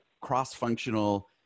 cross-functional